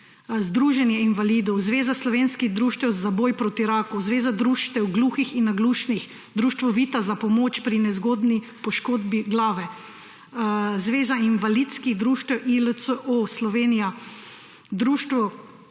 Združenje invalidov, Zveza slovenskih društev za boj proti raku, Zveza društev gluhih in naglušnih, Društvo Vita za pomoč pri nezgodni poškodbi glave, Zveza invalidskih društev ILCO Slovenije, Društvo